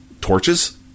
torches